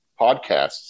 podcasts